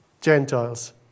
Gentiles